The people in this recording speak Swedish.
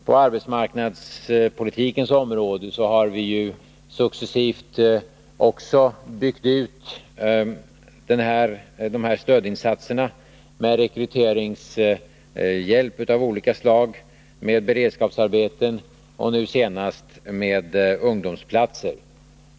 På arbetsmarknadspolitikens område har vi successivt också byggt ut de här stödinsatserna med rekryteringshjälp av olika slag, med beredskapsarbeten och nu senast med ungdomsplatser.